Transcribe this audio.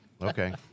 Okay